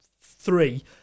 three